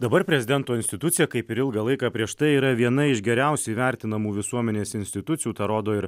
dabar prezidento institucija kaip ir ilgą laiką prieš tai yra viena iš geriausiai įvertinamų visuomenės institucijų tą rodo ir